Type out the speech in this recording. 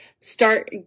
start